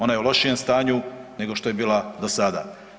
Ona je u lošijem staniju, nego što je bila do sada.